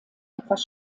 etwas